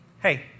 Hey